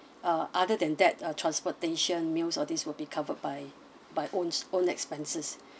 uh other than that uh transportation meals all this will be covered by by own own expenses